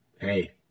Hey